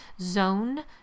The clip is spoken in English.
zone